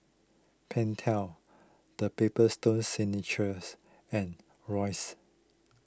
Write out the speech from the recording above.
Pentel the Paper Stone Signature and Royce